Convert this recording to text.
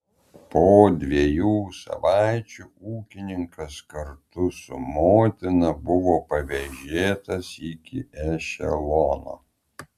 po dviejų savaičių ūkininkas kartu su motina buvo pavėžėtas iki ešelono